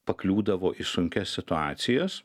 pakliūdavo į sunkias situacijas